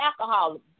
alcohol